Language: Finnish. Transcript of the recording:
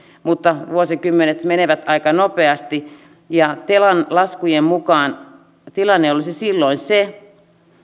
mutta vuosikymmenet menevät aika nopeasti telan laskujen mukaan tilanne olisi silloin se